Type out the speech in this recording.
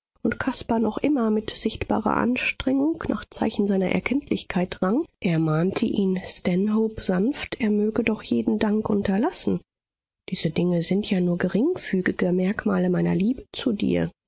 und caspar noch immer mit sichtbarer anstrengung nach zeichen seiner erkenntlichkeit rang ermahnte ihn stanhope sanft er möge doch jeden dank unterlassen diese dinge sind ja nur geringfügige merkmale meiner liebe zu dir